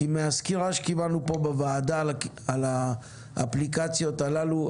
כי מהסקירה שקיבלנו פה בוועדה על האפליקציות הללו,